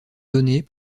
donnée